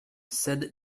sed